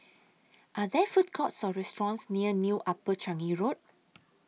Are There Food Courts Or restaurants near New Upper Changi Road